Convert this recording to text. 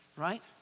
right